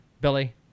billy